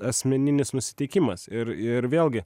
asmeninis nusiteikimas ir ir vėlgi